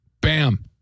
bam